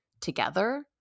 together